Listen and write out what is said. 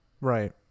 Right